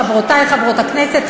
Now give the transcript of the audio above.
חברותי חברות הכנסת,